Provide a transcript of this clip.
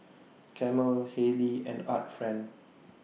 Camel Haylee and Art Friend